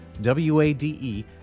W-A-D-E